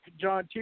John